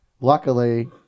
Luckily